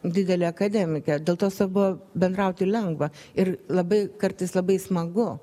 didelė akademikė dėl to savo bendrauti lengva ir labai kartais labai smagu